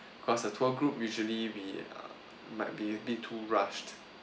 cause a tour group usually we err might be a bit too rushed